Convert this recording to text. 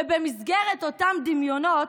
ובמסגרת אותם דמיונות,